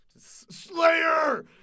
Slayer